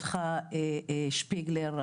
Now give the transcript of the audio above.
אותך שפיגלר,